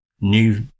new